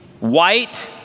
white